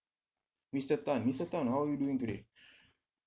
mister tan mister tan how are you doing today